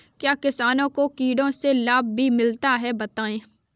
क्या किसानों को कीटों से लाभ भी मिलता है बताएँ?